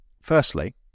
firstly